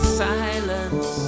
silence